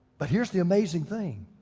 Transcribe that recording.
but here's the amazing thing.